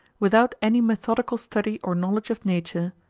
without any methodical study or knowledge of nature,